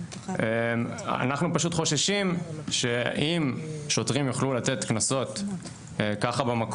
אנחנו פשוט חוששים שאם שוטרים יוכלו לתת קנסות במקום,